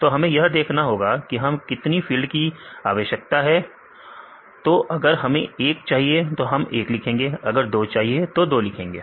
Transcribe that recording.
तो हमें यह देखना होगा कि हमें कितनी फील्ड की आवश्यकता है तो अगर हमें 1 चाहिए तो हम 1 लिखेंगे अगर 2 चाहिए तो 2 लिखेंगे